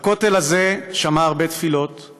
"הכותל הזה שמע הרבה תפילות /